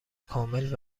کامل